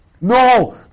No